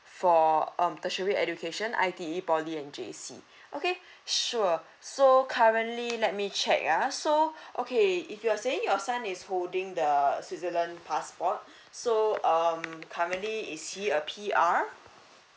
for um tertiary education I_T_E poly and J_C okay sure so currently let me check ah so okay if you're saying your son is holding the switzerland passport so um currently is he a P_R